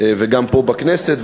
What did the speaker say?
וגם פה בכנסת,